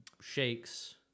shakes